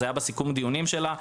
זה היה בסיכום דיונים שלה.